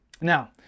Now